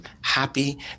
happy